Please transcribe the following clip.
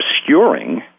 obscuring